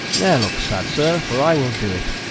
ne'r look sad, sir, for i will do it.